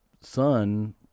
son